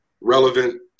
relevant